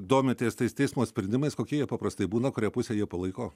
domitės tais teismo sprendimais kokie jie paprastai būna kurią pusę jie palaiko